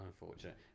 unfortunate